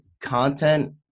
content